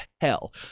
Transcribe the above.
hell